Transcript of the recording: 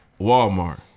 Walmart